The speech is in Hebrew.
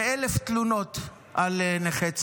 ואלף תלונות על נכי צה"ל.